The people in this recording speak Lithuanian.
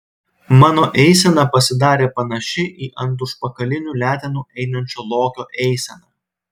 mano eisena pasidarė panaši į ant užpakalinių letenų einančio lokio eiseną